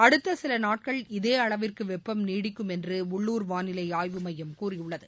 அடுத்த சில நாட்கள் இதே அளவிற்கு வெப்பம் நீடிக்கும் என்று உள்ளூர் வானிலை ஆய்வு மையம் கூறியுள்ளது